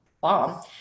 bomb